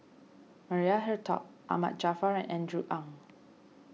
Maria Hertogh Ahmad Jaafar and Andrew Ang